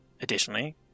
Additionally